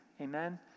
Amen